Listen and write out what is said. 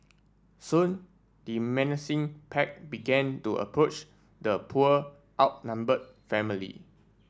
soon the menacing pack began to approach the poor outnumbered family